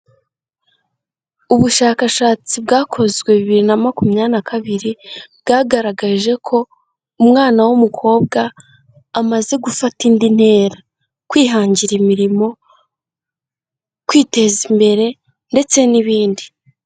Ubushakashatsi bwakozwe bibiri na makumyabiri na kabiri, bwagaragaje ko umwana w'umukobwa amaze gufata indi ntera, kwihangira imirimo, kwiteza imbere ndetse n'ibindi.